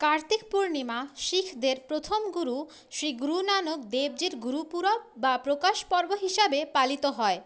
কার্তিক পূর্ণিমা শিখদের প্রথম গুরু শ্রী গুরু নানক দেবজির গুরুপুরব বা প্রকাশ পর্ব হিসাবে পালিত হয়